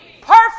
perfect